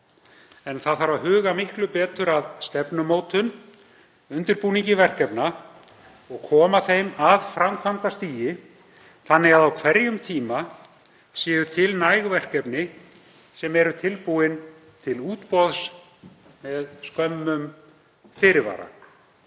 Huga þarf miklu betur að stefnumótun, undirbúningi verkefna og koma þeim af framkvæmdastigi þannig að á hverjum tíma séu til næg verkefni sem eru tilbúin til útboðs með skömmum fyrirvara.